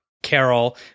carol